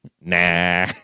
Nah